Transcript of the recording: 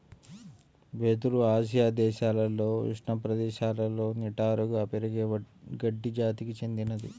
వెదురు ఆసియా దేశాలలో ఉష్ణ ప్రదేశాలలో నిటారుగా పెరిగే గడ్డి జాతికి చెందినది